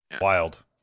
Wild